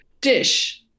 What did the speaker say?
dish